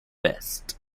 best